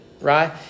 right